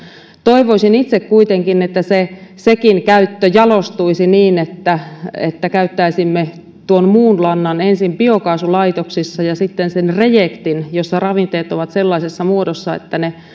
toivoisin itse kuitenkin että sekin käyttö jalostuisi niin että että käyttäisimme tuon muun lannan ensin biokaasulaitoksissa ja sitten sitä rejektiä jossa ravinteet ovat sellaisessa muodossa että ne